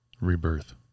Rebirth